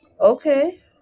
Okay